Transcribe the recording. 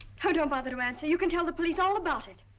oh, don't bother to answer you can tell the police all about it.